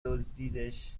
دزدیدش